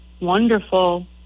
wonderful